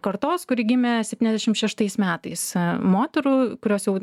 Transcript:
kartos kuri gimė septyniasdešim šeštais metais moterų kurios jau